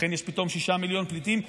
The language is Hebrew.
לכן יש פתאום שישה מיליון פליטים,